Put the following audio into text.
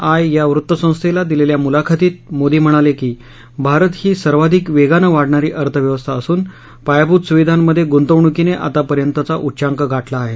I या वृत्तसंस्थेला दिलेल्या मुलाखतीत मोदी म्हणाले की भारत ही सर्वाधिक वेगानं वाढणारी अर्थव्यवस्था असून पायाभूत सुविधांमध्ये गूंतवणूकीने आतापर्यंतचा उच्चांक गाठला आहे